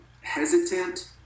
hesitant